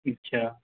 اچھا